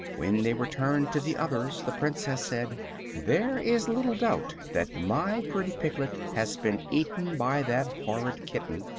when they returned to the others the princess said there is little doubt that my pretty piglet has been eaten by that horrid kitten,